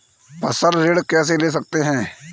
फसल ऋण कैसे ले सकते हैं?